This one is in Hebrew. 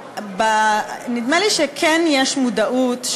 נדמה לי שכן יש מודעות,